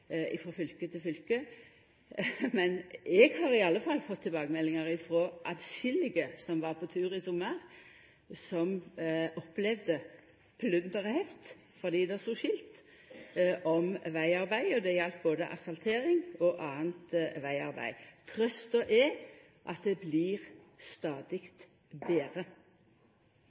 men eg har iallfall fått tilbakemeldingar frå atskillege som var på tur i sommar, som opplevde plunder og heft fordi det stod skilt om vegarbeid. Det galdt både asfaltering og anna vegarbeid. Trøsta er at det blir stadig betre.